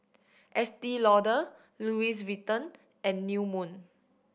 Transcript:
Estee Lauder Louis Vuitton and New Moon